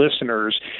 listeners